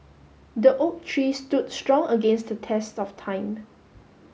the oak tree stood strong against the test of time